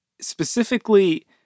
specifically